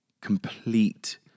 complete